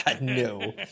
no